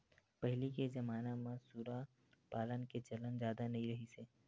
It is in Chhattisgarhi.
पहिली के जमाना म सूरा पालन के चलन जादा नइ रिहिस हे